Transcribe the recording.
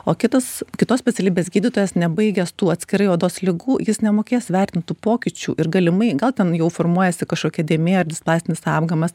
o kitas kitos specialybės gydytojas nebaigęs tų atskirai odos ligų jis nemokės vertint tų pokyčių ir galimai gal ten jau formuojasi kažkokia dėmė ar displazinis apgamas